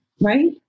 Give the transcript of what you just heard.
right